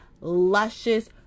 luscious